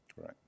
Right